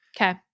okay